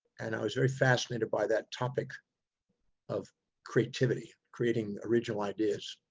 and i was very fascinated by that topic of creativity, creating original ideas.